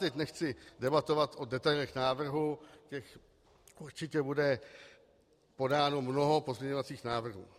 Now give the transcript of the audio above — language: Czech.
Teď nechci debatovat o detailech návrhu, těch určitě bude podáno mnoho pozměňovacích návrhů.